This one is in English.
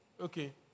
Okay